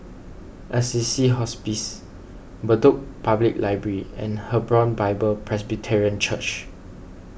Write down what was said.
Assisi Hospice Bedok Public Library and Hebron Bible Presbyterian Church